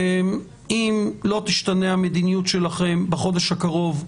אם לא תשתנה המדיניות שלכם בחודש הקרוב,